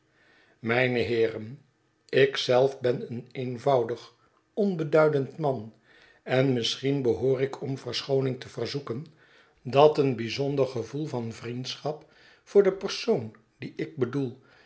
mijne heeren ik zelf ben een eenvoudig onbeduidend man en misschien behoor ik om verschooning te verzoeken dat een bijzonder gevoel van vriendschap voor den persoon dien ik bedoel